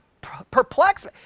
perplexed